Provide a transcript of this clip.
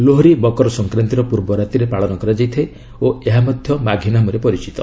ଲୋହରୀ ମକର ସଂକ୍ରାନ୍ତୀର ପୂର୍ବ ରାତିରେ ପାଳନ କରାଯାଇଥାଏ ଓ ଏହା ମଧ୍ୟ ମାଘି ନାମରେ ପରିଚିତ